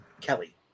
Kelly